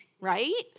right